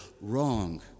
wrong